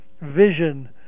vision